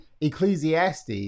Ecclesiastes